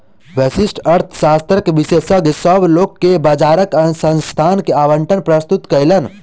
व्यष्टि अर्थशास्त्रक विशेषज्ञ, सभ लोक के बजारक संसाधन के आवंटन प्रस्तुत कयलैन